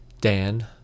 Dan